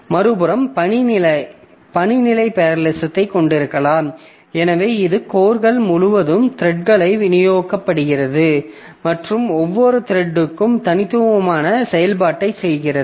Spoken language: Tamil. மறுபுறம் பணி நிலை பேரலலிசத்தைக் கொண்டிருக்கலாம் எனவே இது கோர்க்கள் முழுவதும் த்ரெட்களை விநியோகிக்கிறது மற்றும் ஒவ்வொரு த்ரெட்டும் தனித்துவமான செயல்பாட்டைச் செய்கிறது